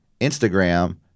Instagram